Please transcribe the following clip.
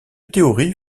théorie